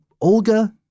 Olga